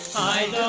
tied